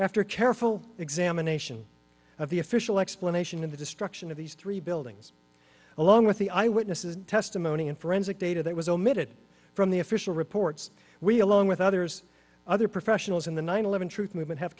after careful examination of the official explanation of the destruction of these three buildings along with the eyewitnesses testimony and forensic data that was omitted from the official reports we along with others other professionals in the nine eleven truth movement have